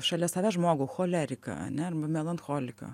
šalia savęs žmogų choleriką ane arba melancholiką